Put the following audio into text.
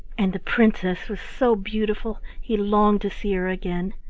and the princess was so beautiful he longed to see her again.